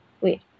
Wait